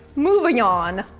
moving on.